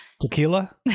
Tequila